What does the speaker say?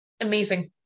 amazing